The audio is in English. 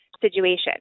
situation